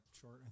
short